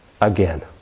again